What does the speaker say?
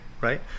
right